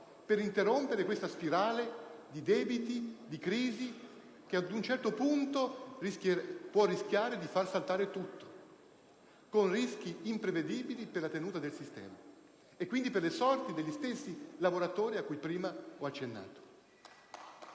per interrompere questa spirale di debiti e di crisi che, ad un certo punto, può far saltare tutto, con rischi imprevedibili per la tenuta del sistema, e quindi per le sorti degli stessi lavoratori ai quali prima ho accennato.